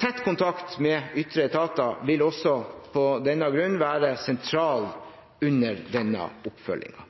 Tett kontakt med ytre etater vil også av denne grunn være sentralt under denne oppfølgingen.